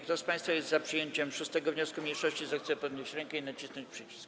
Kto z państwa jest za przyjęciem 6. wniosku mniejszości, zechce podnieść rękę i nacisnąć przycisk.